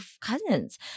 cousins